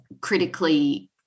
critically